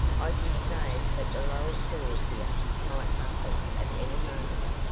i should say that the lower chord here might buckle at any moment.